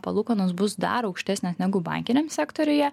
palūkanos bus dar aukštesnės negu bankiniam sektoriuje